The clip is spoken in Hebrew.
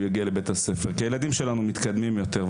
כי הילדים שלנו מתקדמים יותר.